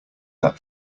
that